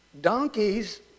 donkeys